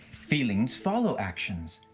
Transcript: feelings follow actions.